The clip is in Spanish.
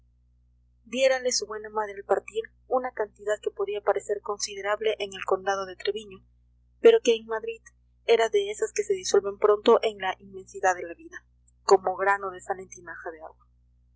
diérale su buena madre al partir una cantidad que podía parecer considerable en el condado de treviño pero que en madrid era de esas que se disuelven pronto en la inmensidad de la vida como grano de sal en tinaja de agua